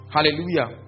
Hallelujah